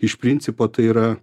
iš principo tai yra